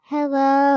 Hello